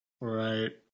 Right